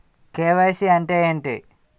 KYC అంటే ఏంటి?